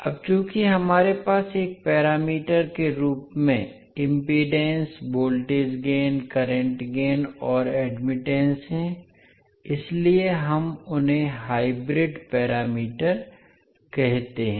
अब चूंकि हमारे पास एक पैरामीटर के रूप में impedance voltage gain current gain और एडमिटन्स है इसलिए हम उन्हें हाइब्रिड पैरामीटर कहते हैं